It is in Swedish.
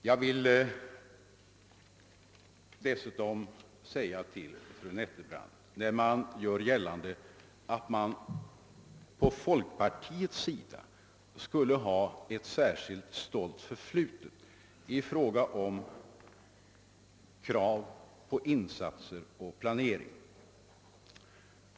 Jag vill dessutom göra ett påpekande för fru Nettelbrandt med anledning av att man från folkpartihåll gör gällande att man skulle ha ett särskilt stolt förflutet i fråga om krav på insatser och planering.